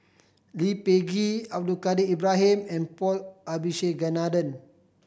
Lee Peh Gee Abdul Kadir Ibrahim and Paul Abisheganaden